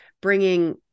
bringing